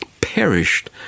perished